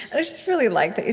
i just really liked that you